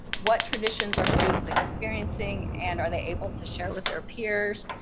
what traditions are students experiencing? and are they able to share with their peers?